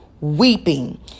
weeping